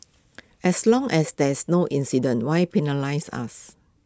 as long as there's no incident why penalise us